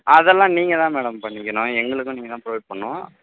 அதெலாம் நீங்கள்தான் மேடம் பண்ணிக்கணும் எங்களுக்கும் நீங்கள்தான் ப்ரொவைட் பண்ணணும்